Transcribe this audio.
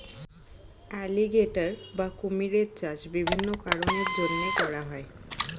alligator বা কুমিরের চাষ বিভিন্ন কারণের জন্যে করা হয়